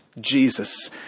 Jesus